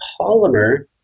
polymer